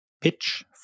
pitch